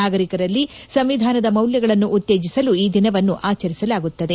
ನಾಗರಿಕರಲ್ಲಿ ಸಂವಿಧಾನದ ಮೌಲ್ಯಗಳನ್ನು ಉತ್ತೇಜಿಸಲು ಈ ದಿನವನ್ನು ಆಚರಿಸಲಾಗುತ್ತದೆ